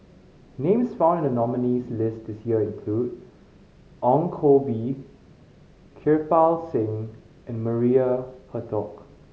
names found in the nominees' list this year include Ong Koh Bee Kirpal Singh and Maria Hertogh